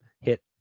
hit